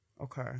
Okay